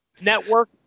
Network